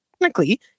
technically